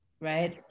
right